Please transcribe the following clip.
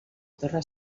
torre